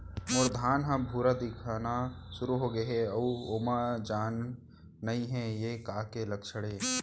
मोर धान ह भूरा दिखना शुरू होगे हे अऊ ओमा जान नही हे ये का के लक्षण ये?